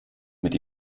mit